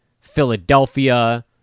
Philadelphia